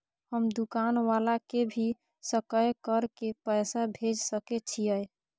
हम दुकान वाला के भी सकय कर के पैसा भेज सके छीयै?